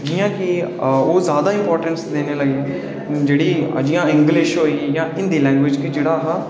जि'यां के ओह् ज्यादा इंपॅार्टेस देन लगी पे जि'यां कि इंगलिश होई जां हिन्दी लैग्वेज बी जेह्ड़ी ही